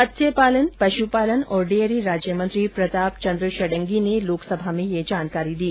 मत्स्यपालन पशु पालन और डेयरी राज्य मंत्री प्रताप चंद्र षडंगी ने लोकंसभा में यह जानकारी दी